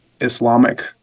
Islamic